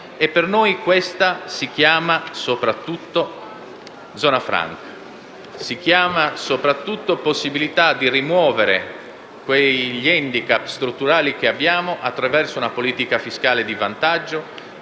per noi questa si chiama soprattutto zona franca, si chiama soprattutto possibilità di rimuovere quegli *handicap* strutturali che abbiamo attraverso una politica fiscale di vantaggio,